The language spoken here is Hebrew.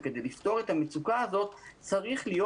כדי לפתור את המצוקה הזאת צריך להיות